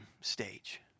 stage